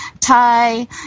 Thai